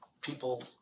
people